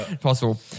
possible